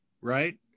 right